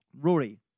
Rory